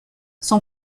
son